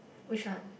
which one